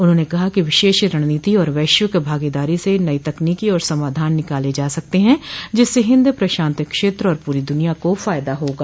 उन्होंने कहा कि विशेष रणनीति और वैश्विक भागीदारी से नयी तकनीक और समाधान निकाले जा सकते हैं जिससे हिंद प्रशांत क्षेत्र और पूरी दुनिया को फायदा होगा